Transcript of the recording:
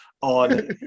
on